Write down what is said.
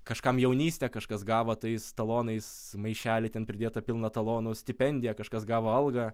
kažkam jaunystė kažkas gavo tais talonais maišelį ten pridėta pilną talonų stipendiją kažkas gavo algą